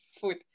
food